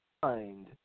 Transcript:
find